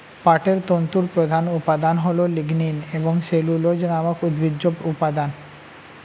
পাটের তন্তুর প্রধান উপাদান হল লিগনিন এবং সেলুলোজ নামক উদ্ভিজ্জ উপাদান